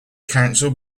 council